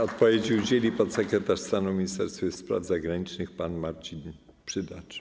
Odpowiedzi udzieli podsekretarz stanu w Ministerstwie Spraw Zagranicznych pan Marcin Przydacz.